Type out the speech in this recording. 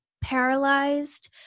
paralyzed